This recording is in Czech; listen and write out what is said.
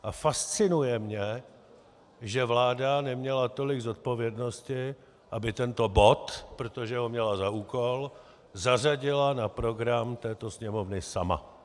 A fascinuje mě, že vláda neměla tolik zodpovědnosti, aby tento bod, protože ho měla za úkol, zařadila na program této Sněmovny sama.